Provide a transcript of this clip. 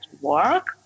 work